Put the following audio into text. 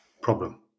problem